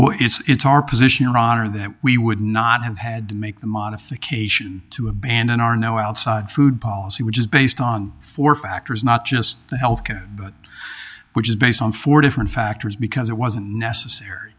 well it's our position ron are that we would not have had to make the modification to abandon our no outside food policy which is based on four factors not just the health care which is based on four different factors because it wasn't necessary